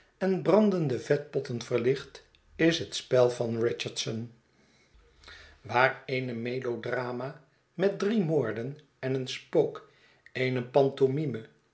en brandende vetpot ten verlicht is het spel van richardson waar eene melodrama met drie moorden en een spook eene